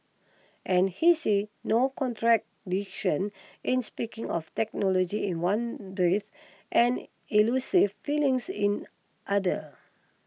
and he sees no contradiction in speaking of technology in one breath and elusive feelings in other